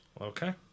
Okay